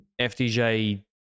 Fdj